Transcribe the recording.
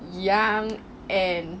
young and